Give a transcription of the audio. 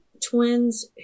twins